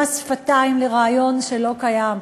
מס שפתיים לרעיון שלא קיים.